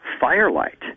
firelight